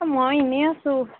অঁ মই এনেই আছোঁ